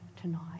tonight